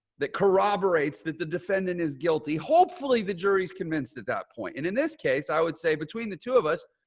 that corroborates that the defendant is guilty. hopefully the jury is convinced at that point. and in this case, i would say between the two of us,